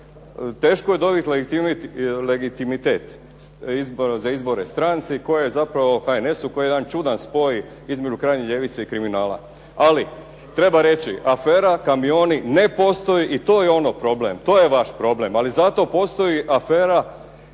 teško je ovaj legitimitet za izbore stranci koja je zapravo HNS-u koja je jedan čudan spoj između krajnje ljevice i kriminala. Ali treba reći afera "Kamioni" ne postoji i to je vaš problem. Ali zato postoji afera "Coning"